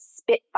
spitfire